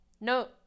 no